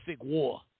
war